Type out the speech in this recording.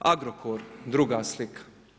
Agrokor druga slika.